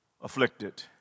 afflicted